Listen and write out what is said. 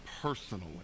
personally